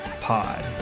pod